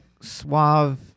suave